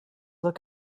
look